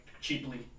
cheaply